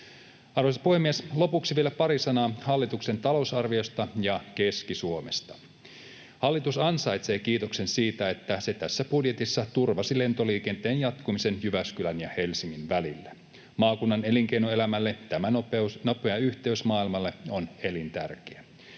Arvoisa puhemies! Lopuksi vielä pari sanaa hallituksen talousarviosta ja Keski-Suomesta. Hallitus ansaitsee kiitoksen siitä, että se tässä budjetissa turvasi lentoliikenteen jatkumisen Jyväskylän ja Helsingin välillä. Maakunnan elinkeinoelämälle tämä nopea yhteys maailmalle on elintärkeä.